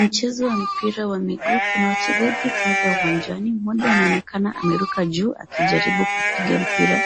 Mchezo wa mpira wa miguu. Kuna wachezaji kadhaa uwanjani. Mmoja anaonekana ameruka juu akijaribu kupiga mpira